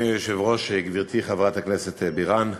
אדוני היושב-ראש, גברתי חברת הכנסת בירן,